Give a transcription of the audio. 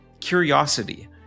curiosity